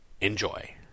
Enjoy